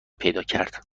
پیداکرد